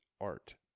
art